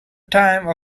time